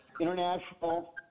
international